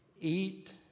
eat